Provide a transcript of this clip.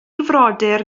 frodyr